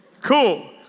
cool